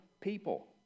people